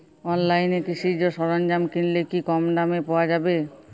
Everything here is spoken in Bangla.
অনলাইনে কৃষিজ সরজ্ঞাম কিনলে কি কমদামে পাওয়া যাবে?